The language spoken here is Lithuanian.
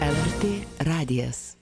lrt radijas